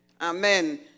Amen